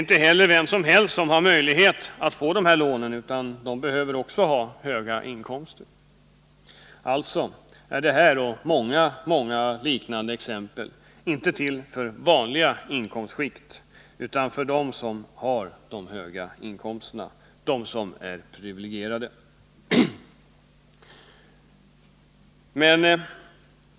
Inte heller har vem som helst möjlighet att få dessa lån, utan för detta behövs höga inkomster. Alltså är detta och många liknande exempel inte tillämpbart för vanliga inkomstskikt utan för dem som har de höga inkomsterna — för dem som är privilegierade.